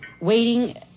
waiting